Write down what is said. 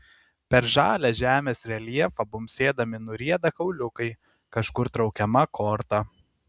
per žalią žemės reljefą bumbsėdami nurieda kauliukai kažkur traukiama korta